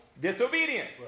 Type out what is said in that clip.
disobedience